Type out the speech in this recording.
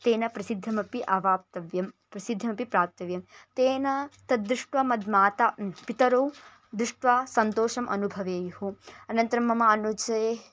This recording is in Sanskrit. तेन प्रसिद्धिमपि अवाप्तव्यं प्रसिद्धिमपि प्राप्तव्यं तेन तद्दृष्ट्वा मद् मातापितरौ दृष्ट्वा सन्तोषम् अनुभवेयुः अनन्तरं मम अनुजे